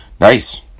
Nice